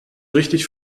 richtig